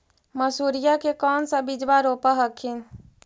मसुरिया के कौन सा बिजबा रोप हखिन?